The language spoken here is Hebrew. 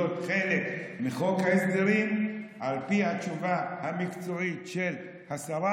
חלק מחוק ההסדרים על פי התשובה המקצועית של השרה.